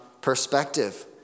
perspective